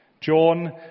John